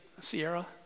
Sierra